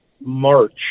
March